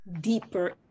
deeper